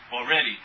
already